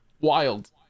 Wild